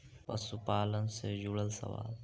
पशुपालन से जुड़ल सवाल?